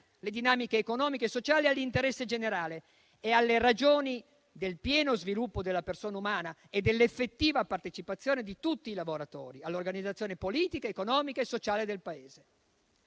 le dinamiche economiche e sociali all'interesse generale e alle ragioni del pieno sviluppo della persona umana e dell'effettiva partecipazione di tutti i lavoratori all'organizzazione politica, economica e sociale del Paese.